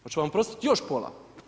Hoću vam oprostiti još pola?